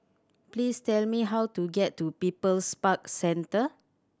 please tell me how to get to People's Park Centre